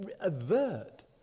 avert